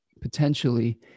potentially